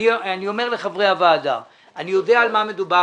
אני אומר לחברי הוועדה, שאני יודע על מה מדובר.